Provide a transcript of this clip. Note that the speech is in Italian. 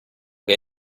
che